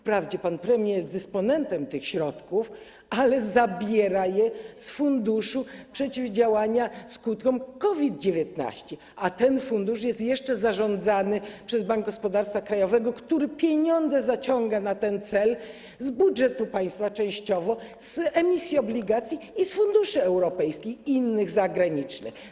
Wprawdzie pan premier jest dysponentem tych środków, ale zabiera je z funduszu przeciwdziałania skutkom COVID-19, a ten fundusz jest jeszcze zarządzany przez Bank Gospodarstwa Krajowego, który pieniądze zaciąga na ten cel częściowo z budżetu państwa, z emisji obligacji i z funduszy europejskich i innych zagranicznych.